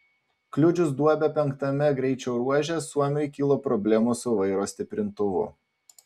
kliudžius duobę penktame greičio ruože suomiui kilo problemų su vairo stiprintuvu